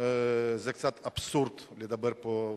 זה קצת אבסורד לדבר פה דקה.